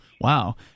Wow